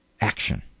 action